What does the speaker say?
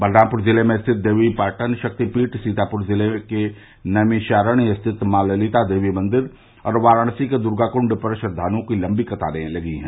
बलरामपुर जिले में स्थित देवीपाटन शक्ति पीठ सीतापुर जिले के नैमिषारण्य स्थित मॉ ललिता देवी मंदिर और वाराणसी के दुर्गाकुण्ड पर श्रद्वालुओं की लम्बी कतारे लगी हैं